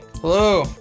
Hello